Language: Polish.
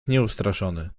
nieustraszony